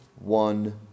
one